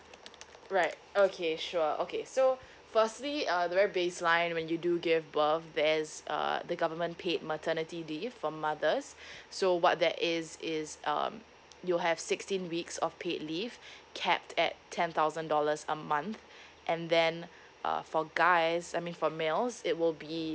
right okay sure okay so firstly uh the very baseline when you do give birth there's uh the government paid maternity leave for mothers so what that is is um you'll have sixteen weeks of paid leave capped at ten thousand dollars a month and then uh for guys I mean for males it will be